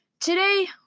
Today